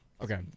Okay